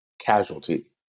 casualty